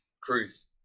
Cruz